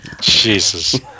Jesus